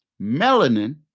melanin